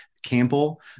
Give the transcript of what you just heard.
Campbell